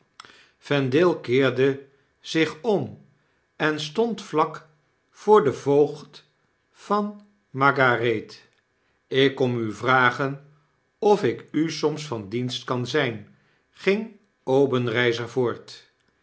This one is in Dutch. vendale keerde zich om en stond vlak voor den voogd van margarethe lk kom u vragenofikusoms vandienstkan zyn ging obenreizer voort